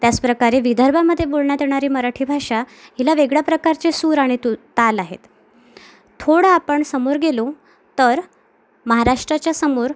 त्याच प्रकारे विदर्भामधे बोलण्यात येणारी मराठी भाषा हिला वेगळ्या प्रकारचे सूर आणि तुल् ताल आहेत थोडं आपण समोर गेलो तर महाराष्ट्राच्यासमोर